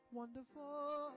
wonderful